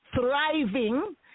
thriving